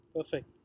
Perfect